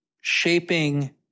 shaping